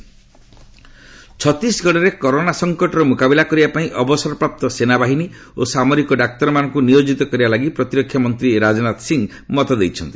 Chhattisgarh Covid ଛତିଶଗଡରେ corona ସଙ୍କଟର ମୁକାବିଲା କରିବା ପାଇଁ ଅବସରପ୍ରାପ୍ତ ସେନାବାହିନୀ ଓ ସାମରିକ ଡାକ୍ତରମାନଙ୍କୁ ନିୟୋଜିତ କରିବା ଲାଗି ପ୍ରତିରକ୍ଷା ମନ୍ତ୍ରୀ ରାଜନାଥ ସିଂ ମତ ଦେଇଛନ୍ତି